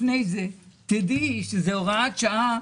תדעי שזאת הוראת שעה,